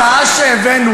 למה להפסיק עם ההשוואות?